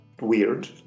weird